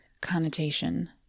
connotation